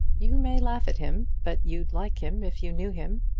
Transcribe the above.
you may laugh at him, but you'd like him if you knew him.